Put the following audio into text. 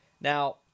Now